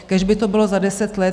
Kéž by to bylo za deset let.